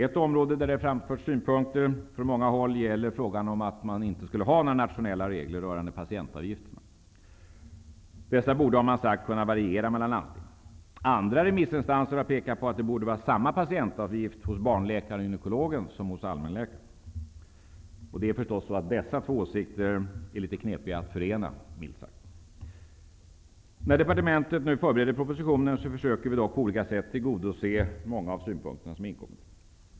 Ett område där det framförts synpunkter från många håll gäller att man inte borde ha några nationella regler rörande patientavgifterna. Dessa borde kunna variera mellan landstingen. Andra remissinstanser har påpekat att det borde vara samma patientavgift hos barnläkaren och gynekologen som hos allmänläkaren. Dessa två åsikter är litet knepiga att förena. När departementet nu förbereder propositionen försöker vi på olika sätt tillgodose många av de synpunkter som inkommit.